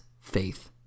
faith